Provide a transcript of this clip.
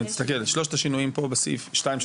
תסתכל שלושת השינויים פה בסעיפים שתיים,